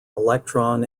electron